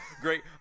great